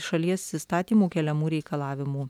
šalies įstatymų keliamų reikalavimų